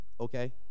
Okay